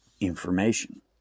information